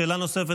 שאלה נוספת,